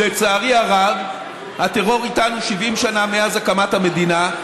לצערי הרב, הטרור איתנו 70 שנה, מאז הקמת המדינה,